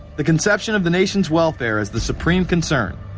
the conception of the nation's welfare as the supreme concern,